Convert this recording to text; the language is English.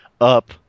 Up